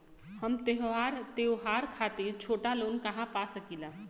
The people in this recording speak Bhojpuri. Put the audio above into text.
हम त्योहार खातिर छोटा लोन कहा पा सकिला?